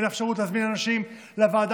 ואין אפשרות להזמין אנשים לוועדה,